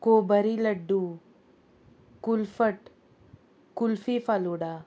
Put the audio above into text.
कोबरी लड्डू कुल्फट कुल्फी फालोडा